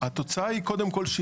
התוצאה היא קודם כל,